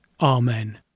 Amen